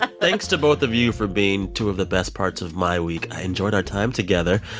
ah thanks to both of you for being two of the best parts of my week. i enjoyed our time together.